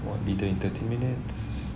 what be there in thirty minutes